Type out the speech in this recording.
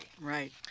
Right